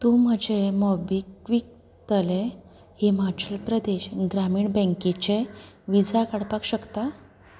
तूं म्हजें मोबीक्विकतलें हिमाचल प्रदेश ग्रामीण बँकीचें विजा काडपाक शकता